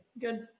Good